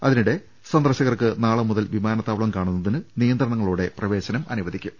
അതിനിടെ സന്ദർശകർക്ക് നാളെ മുതൽ വിമാന ത്താവളം കാണുന്നതിന് നിയന്ത്രണങ്ങളോടെ പ്രവേശനം അനുവദി ക്കും